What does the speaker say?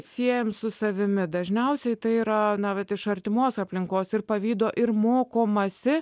siejame su savimi dažniausiai tai yra anuomet iš artimos aplinkos ir pavydo ir mokomasi